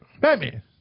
Batman